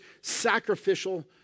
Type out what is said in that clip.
sacrificial